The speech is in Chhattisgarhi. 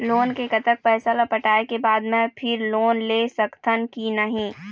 लोन के कतक पैसा ला पटाए के बाद मैं फिर लोन ले सकथन कि नहीं?